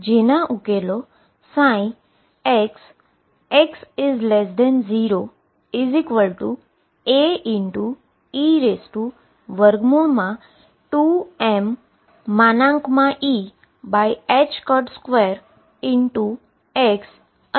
જેના ઉકેલો xx0Ae2mE2x અને xx0Be 2mE2x હશે